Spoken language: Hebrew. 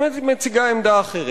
והיא מציגה עמדה אחרת.